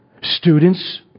Students